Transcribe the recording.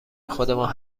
خودمان